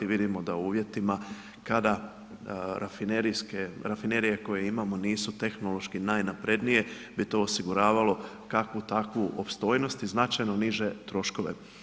Vidimo da u uvjetima, kada rafinerije koje imamo nisu tehnološki najnaprednije, bi to osiguravalo takvu takvu opstojnost i značajno niže troškove.